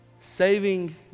Saving